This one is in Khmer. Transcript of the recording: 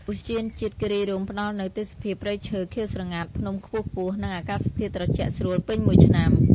ឧទ្យានជាតិគិរីរម្យផ្តល់នូវទេសភាពព្រៃឈើខៀវស្រងាត់ ភ្នំខ្ពស់ៗ និងអាកាសធាតុត្រជាក់ស្រួលពេញមួយឆ្នាំ។